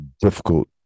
difficult